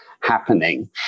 happening